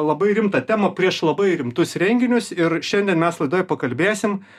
labai rimtą temą prieš labai rimtus renginius ir šiandien mes laidoj pakalbėsim